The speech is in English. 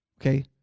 Okay